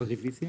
הרוויזיה